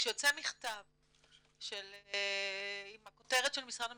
כשיוצא מכתב עם הכותרת של משרד המשפטים,